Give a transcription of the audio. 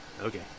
Okay